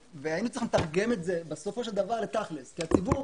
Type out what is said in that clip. בסופו של דבר היינו צריכים לתרגם את זה לתכל'ס כי הציבור